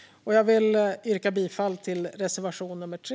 Jag vill yrka bifall till reservation 3.